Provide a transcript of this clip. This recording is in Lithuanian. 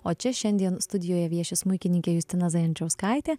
o čia šiandien studijoje vieši smuikininkė justina zajančauskaitė